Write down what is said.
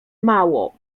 mało